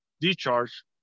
discharge